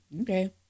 Okay